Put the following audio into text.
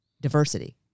Diversity